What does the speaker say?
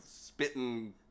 spitting